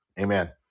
Amen